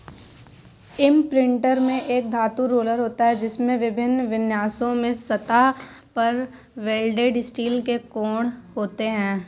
imprinter में एक धातु रोलर होता है, जिसमें विभिन्न विन्यासों में सतह पर वेल्डेड स्टील के कोण होते हैं